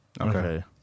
Okay